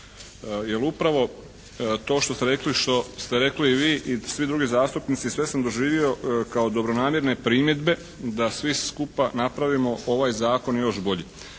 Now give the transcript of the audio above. jer upravo to što ste rekli i vi i svi drugi zastupnici sve sam doživio kao dobronamjerne primjedbe da svi skupa napravimo ovaj Zakon još boljim.